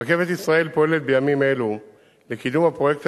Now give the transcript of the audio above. "רכבת ישראל" פועלת בימים אלו לקידום הפרויקט